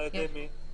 על ידי מי?